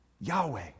Yahweh